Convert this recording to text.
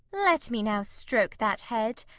let me now stroak that head.